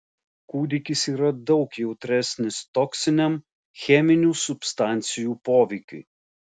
kūdikis yra daug jautresnis toksiniam cheminių substancijų poveikiui